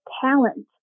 talent